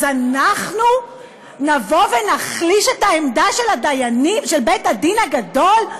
אז אנחנו נבוא ונחליש את העמדה של בית-הדין הגדול?